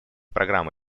программ